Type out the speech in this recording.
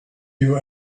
you